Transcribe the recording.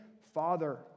Father